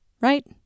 right